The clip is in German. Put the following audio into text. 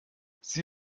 sie